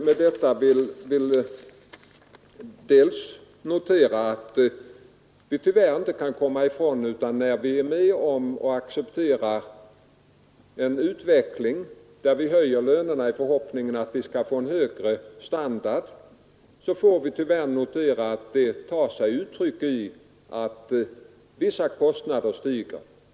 Med det sagda vill jag notera att vi tyvärr inte kan komma ifrån att när vi är med och accepterar högre löner, i förhoppning om att få en högre standard, tar det sig uttryck i att vissa kostnader stiger.